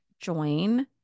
join